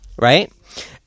Right